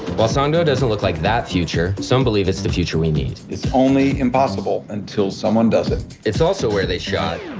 while songdo doesn't look like that future, some believe it's the future we need. it's only impossible until someone does it. it's also where they shot.